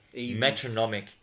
Metronomic